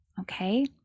okay